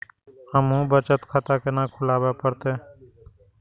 हमू बचत खाता केना खुलाबे परतें?